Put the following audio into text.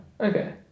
Okay